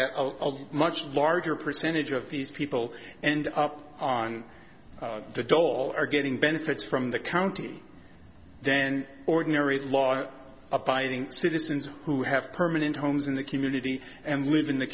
that much larger percentage of these people and up on the dole are getting benefits from the county then ordinary law abiding citizens who have permanent homes in the community and live in the